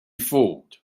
fooled